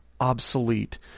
obsolete